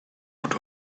out